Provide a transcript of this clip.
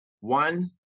one